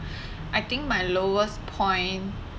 I think my lowest point